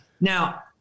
Now